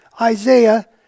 Isaiah